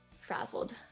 frazzled